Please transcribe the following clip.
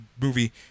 movie